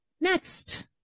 next